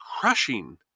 crushing